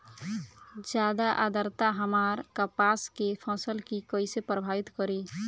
ज्यादा आद्रता हमार कपास के फसल कि कइसे प्रभावित करी?